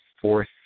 fourth